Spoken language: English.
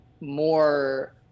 more